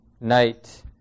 night